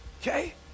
okay